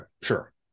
sure